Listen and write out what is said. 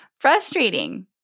frustrating